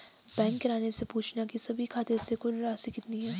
bank किरानी से पूछना की सभी खाते से कुल राशि कितनी है